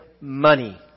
money